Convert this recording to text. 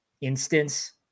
instance